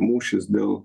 mūšis dėl